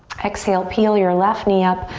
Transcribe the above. exhale, peel your left knee up.